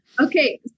Okay